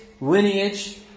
lineage